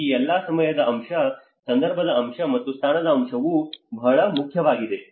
ಈ ಎಲ್ಲಾ ಸಮಯದ ಅಂಶ ಸಂದರ್ಭದ ಅಂಶ ಮತ್ತು ಸ್ಥಾನದ ಅಂಶವು ಬಹಳ ಮುಖ್ಯವಾಗಿದೆ